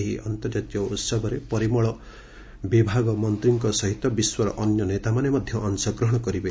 ଏହି ଅନ୍ତର୍ଜାତୀୟ ଉସବରେ ପରିମଳ ବିଭାଗ ମନ୍ତ୍ରୀଙ୍କ ସହିତ ବିଶ୍ୱର ଅନ୍ୟ ନେତାମାନେ ମଧ୍ୟ ଅଂଶଗ୍ରହଣ କରିବେ